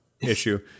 issue